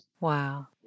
Wow